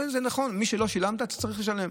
זה נכון, משלא שילמת, אתה צריך לשלם.